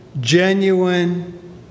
genuine